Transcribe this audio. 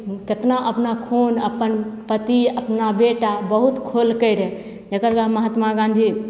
केतना अपना खून अपन पति अपना बेटा बहुत खोयलकइ रहय जकर महात्मा गाँधी